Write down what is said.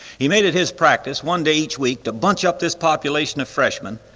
he made it his practice one day each week to bunch up this population of freshmen,